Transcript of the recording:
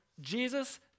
Jesus